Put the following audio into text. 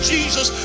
Jesus